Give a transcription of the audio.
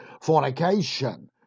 fornication